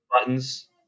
buttons